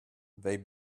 they